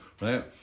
right